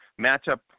matchup